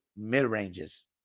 mid-ranges